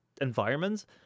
environments